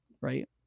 right